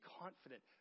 confident